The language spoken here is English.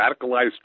radicalized